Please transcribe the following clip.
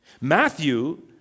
Matthew